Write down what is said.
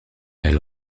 elle